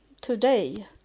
today